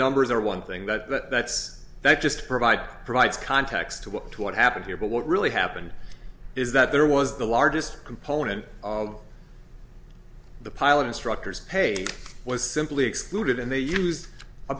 numbers are one thing that that's that just provide provides context to what happened here but what really happened is that there was the largest component of the pilot instructor's pay was simply excluded and they used a